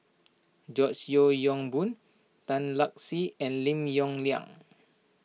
George Yeo Yong Boon Tan Lark Sye and Lim Yong Liang